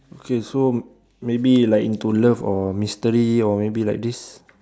okay so maybe like into love or mystery or maybe like this